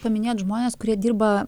paminėjot žmones kurie dirba